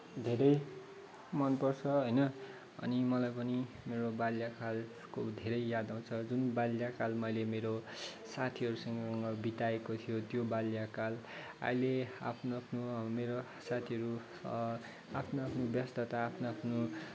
धेरै मनपर्छ होइन अनि मलाई पनि मेरो बाल्यकालको धेरै याद आउँछ जुन बाल्यकाल मैले मेरो साथीहरूसँग बिताएको थियो त्यो बाल्यकाल अहिले आफ्नो आफ्नो अब मेरो साथीहरू छ आफ्नो आफ्नो व्यस्तता आफ्नो आफ्नो